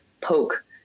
poke